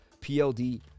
PLD